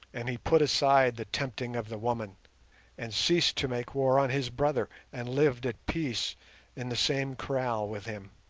and he put aside the tempting of the woman and ceased to make war on his brother, and lived at peace in the same kraal with him.